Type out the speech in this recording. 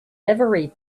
every